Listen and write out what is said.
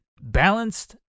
balanced